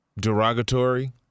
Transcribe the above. derogatory